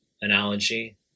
analogy